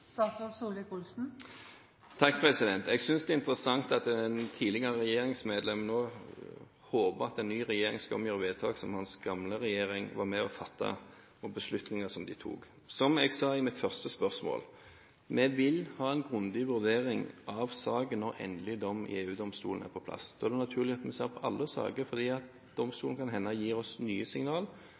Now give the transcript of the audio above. Jeg synes det er interessant at et tidligere regjeringsmedlem nå håper at en ny regjering skal omgjøre vedtak som hans gamle regjering var med på å fatte – og beslutninger som de tok. Som jeg sa i mitt svar på første spørsmål: Vi vil ha en grundig vurdering av saken når endelig dom i EU-domstolen er på plass. Da er det naturlig at vi ser på alle saker, for det kan hende domstolen gir oss nye